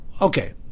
Okay